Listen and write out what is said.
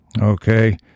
Okay